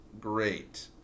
great